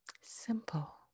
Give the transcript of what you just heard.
Simple